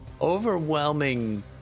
overwhelming